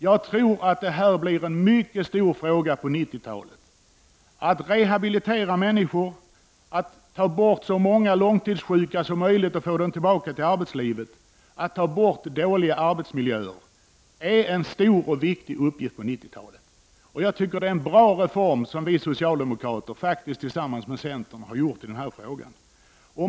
Jag tror att det här blir en mycket stor fråga på 90-talet — att rehabilitera människor, att få ned antalet långtidssjuka så långt som möjligt och få dem tillbaka till arbetslivet, att ta bort dåliga arbetsmiljöer. Det är en bra reform som vi socialdemokrater har gjort tillsammans med centern på detta område.